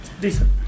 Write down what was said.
Decent